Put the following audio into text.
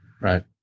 right